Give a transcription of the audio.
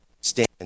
stand